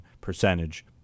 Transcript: percentage